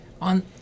On